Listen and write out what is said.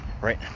Right